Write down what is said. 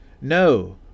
No